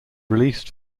released